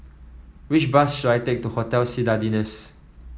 which bus should I take to Hotel Citadines